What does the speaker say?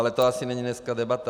Ale to asi není dneska debata.